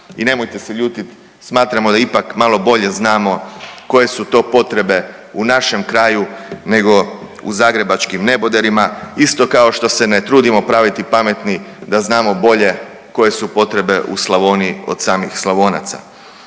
I nemojte se ljut, smatramo da ipak malo bolje znamo koje su to potrebe u našem kraju nego u zagrebačkim neboderima isto kao što se ne trudimo praviti pameti da znamo bolje koje su potrebe u Slavoniji od samih Slavonaca.